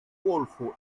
golfo